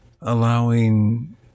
allowing